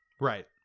right